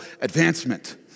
advancement